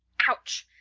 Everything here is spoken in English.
ouch!